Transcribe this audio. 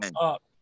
up